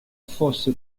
fosse